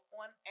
on